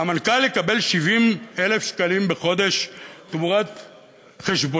המנכ"ל יקבל 70,000 שקלים בחודש תמורת חשבונית?